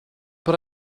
but